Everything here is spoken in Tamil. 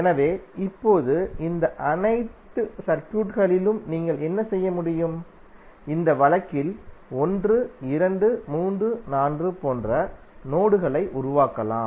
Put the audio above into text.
எனவே இப்போது இந்த அனைத்து சர்க்யூட்களிலும் நீங்கள் என்ன செய்ய முடியும் இந்த வழக்கில் 1 2 3 4 போன்ற நோடு களை உருவாக்கலாம்